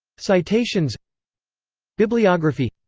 citations bibliography